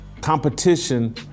Competition